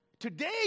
Today